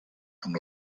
amb